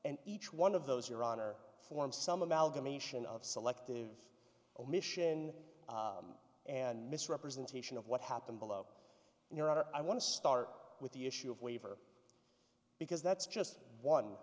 and each one of those your honor form some amalgamation of selective omission and misrepresentation of what happened below your honor i want to start with the issue of waiver because that's just one